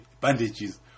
bandages